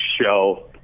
show